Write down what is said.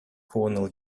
cornell